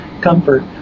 comfort